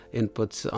inputs